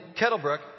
Kettlebrook